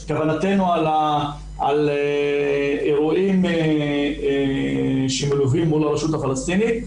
זו הייתה כוונתנו באירועים שמלווים מול הרשות הפלסטינית.